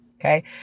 okay